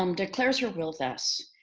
um declares her will thus.